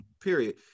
period